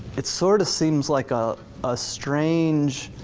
it sort of seems like a ah strange